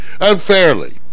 Unfairly